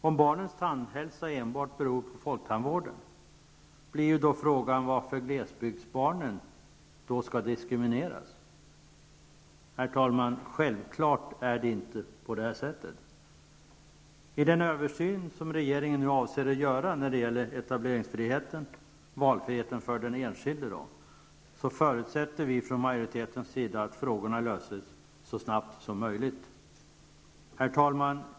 Om barnens tandhälsa enbart beror på folktandvården, blir frågan varför glesbygdsbarnen skall diskrimineras. Självklart är det inte på det sättet. I den översyn som regeringen avser att göra när det gäller etableringsfriheten, valfriheten för den enskilde, förutsätter majoriteten att frågorna löses så snabbt som möjligt. Herr talman!